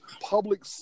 public